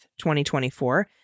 2024